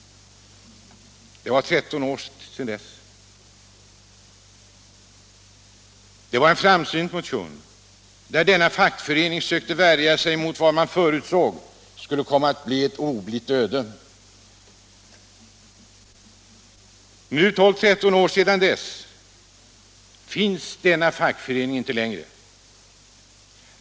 Det är 13 år sedan dess. Det var en framsynt motion, där denna fackförening sökte värja sig mot vad man förutsåg skulle komma att bli ett oblitt öde. Nu, 13 år efteråt, finns denna fackförening inte längre.